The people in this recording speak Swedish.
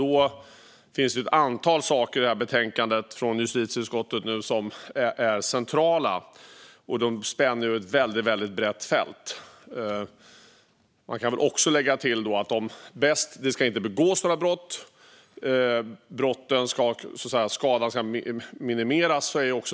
Det finns ett antal saker i detta betänkande från justitieutskottet som är centrala, och de spänner över ett väldigt brett fält. Man kan också lägga till att det inte ska begås några brott och att skadan av brott ska minimeras.